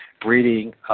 breeding